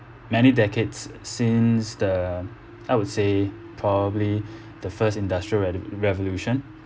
many decades since the I would say probably the first industrial re~ revolution